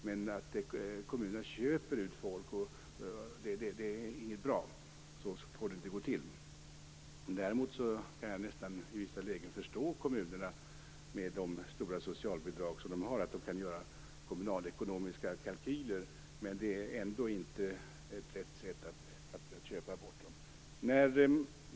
Men att kommuner "köper ut" folk är inte bra, och så får det inte gå till. Däremot kan jag nästan i vissa lägen förstå kommunerna, med de stora socialbidrag som de har, att de kan göra kommunalekonomiska kalkyler. Men det är ändå inte rätt sätt att "köpa bort" dem.